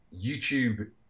youtube